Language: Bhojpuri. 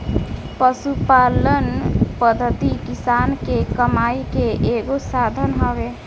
पशुपालन पद्धति किसान के कमाई के एगो साधन हवे